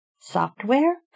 software